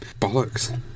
bollocks